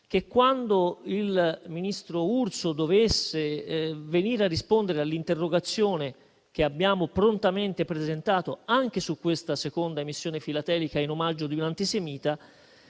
che il ministro Urso, quando dovesse venire a rispondere all'interrogazione che abbiamo prontamente presentato anche su questa seconda emissione filatelica in omaggio di un antisemita,